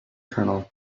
kernel